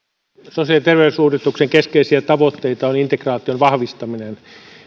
sosiaali ja terveysuudistuksen keskeisiä tavoitteita on integraation vahvistaminen